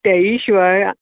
तेंय शिवाय